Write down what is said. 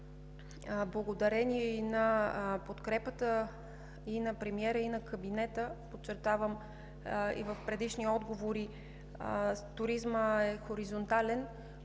благодарение и на подкрепата и на премиера, и на кабинета, подчертавам казаното при предишни отговори – туризмът е хоризонтален.